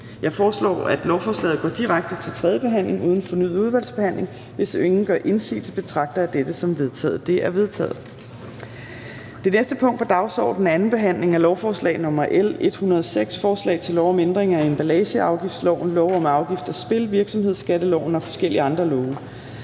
Jeg foreslår, at lovforslaget går direkte til tredjebehandling uden fornyet udvalgsbehandling. Hvis ingen gør indsigelse, betragter jeg dette som vedtaget. Det er vedtaget. --- Det næste punkt på dagsordenen er: 19) 2. behandling af lovforslag nr. L 106: Forslag til lov om ændring af emballageafgiftsloven, lov om afgifter af spil, virksomhedsskatteloven og forskellige andre love.